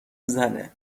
زنه